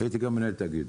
והייתי גם מנהל תאגיד.